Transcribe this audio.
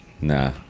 Nah